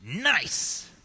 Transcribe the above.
nice